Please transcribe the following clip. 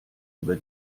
über